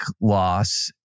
loss